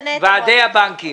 ועדי הבנקים.